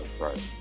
right